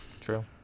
True